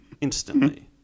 instantly